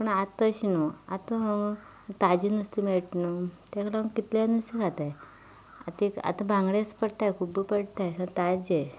पूण आतां तशें न्हय आतां ताजें नुस्तें मेळटा न्हय ताका लागून कितलें नुस्तें खातात आतां एक आतां बांगडेच पडटात खूब पडटात सा ताजें